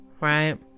right